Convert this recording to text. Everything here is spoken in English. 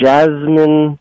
Jasmine